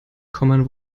common